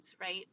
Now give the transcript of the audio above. right